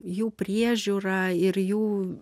jų priežiūrą ir jų